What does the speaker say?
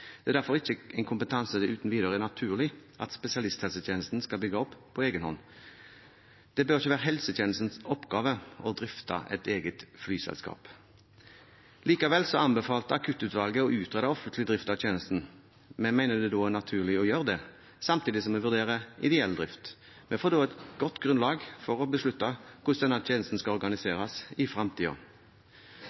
Det er derfor ikke en kompetanse det uten videre er naturlig at spesialisthelsetjenesten skal bygge opp på egen hånd. Det bør ikke være helsetjenestens oppgave å drifte et eget flyselskap. Likevel anbefalte Akuttutvalget å utrede offentlig drift av tjenesten. Vi mener det da er naturlig å gjøre det, samtidig som vi vurderer ideell drift. Vi får da et godt grunnlag for å beslutte hvordan denne tjenesten skal organiseres i